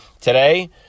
today